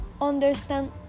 understand